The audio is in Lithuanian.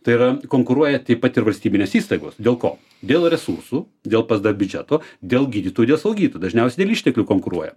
tai yra konkuruoja taip pat ir valstybinės įstaigos dėl ko dėl resursų dėl psd biudžeto dėl gydytojų dėl slaugytojų dažniausiai dėl išteklių konkuruoja